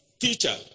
teacher